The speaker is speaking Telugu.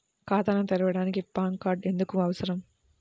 ఖాతాను తెరవడానికి పాన్ కార్డు ఎందుకు అవసరము?